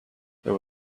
there